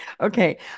Okay